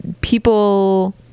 people